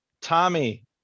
Tommy